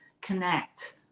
connect